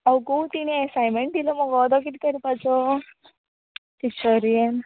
अगो तिणें असांयनमेंट दिलां मुगो तो किदें करपाचो टिचरीन